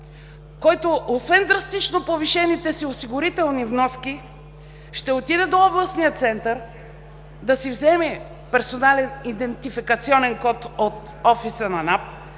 който освен драстично повишените си осигурителни вноски, ще отиде до областния център да си вземе персонален идентификационен код от офиса на НАП,